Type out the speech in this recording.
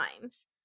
times